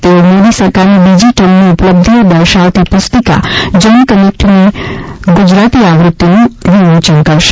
તેઓ મોદી સરકાર બીજી ટર્મની ઉપલબ્ધિઓ દર્શાવતી પુસ્તિકા જન કનેક્ટની ગુજરાતી આવૃતિનું વિમોચન કરશે